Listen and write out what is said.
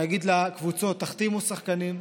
להגיד לקבוצות: תחתימו שחקנים,